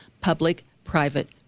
public-private